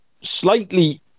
slightly